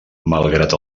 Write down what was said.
malgrat